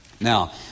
Now